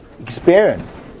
experience